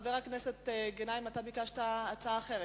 חבר הכנסת גנאים, אתה ביקשת הצעה אחרת?